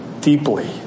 deeply